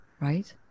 right